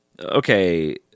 Okay